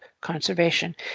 conservation